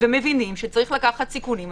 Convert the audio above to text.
ומבינים שצריכים לקחת סיכונים.